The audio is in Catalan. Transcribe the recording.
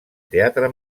teatre